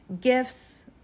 gifts